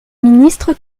ministre